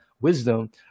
wisdom